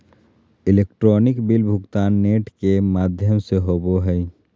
electronic bill भुगतान net के माघ्यम से होवो हइ